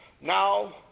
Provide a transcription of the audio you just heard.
now